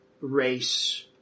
race